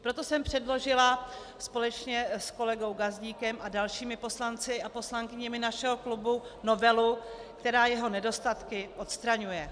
Proto jsem předložila společně s kolegou Gazdíkem a dalšími poslanci a poslankyněmi našeho klubu novelu, která jeho nedostatky odstraňuje.